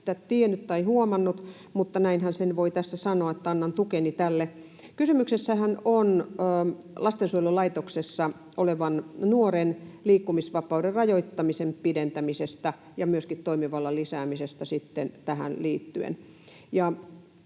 tästä tiennyt tai tämän huomannut, mutta näinhän sen voi tässä sanoa, että annan tukeni tälle. Kysymyshän on lastensuojelulaitoksessa olevan nuoren liikkumisvapauden rajoittamisen pidentämisestä ja myöskin toimivallan lisäämisestä tähän liittyen.